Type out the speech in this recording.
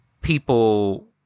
people